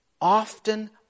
often